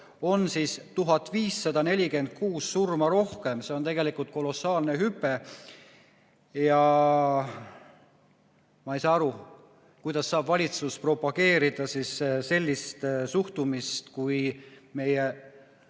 on 1546 surma rohkem. See on kolossaalne hüpe. Ja ma ei saa aru, kuidas saab valitsus propageerida sellist suhtumist, kui meie